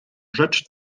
rzecz